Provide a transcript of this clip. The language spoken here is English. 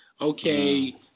okay